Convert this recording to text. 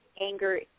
anger